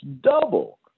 double